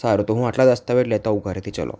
સારું તો હું આટલા દસ્તાવેજ લેતો આવું ઘરેથી ચાલો